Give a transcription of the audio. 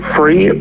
Free